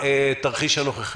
מהתרחיש הנוכחי.